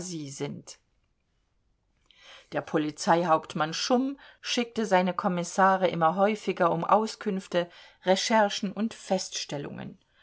sind der polizeihauptmann schumm schickte seine kommissare immer häufiger um auskünfte recherchen und feststellungen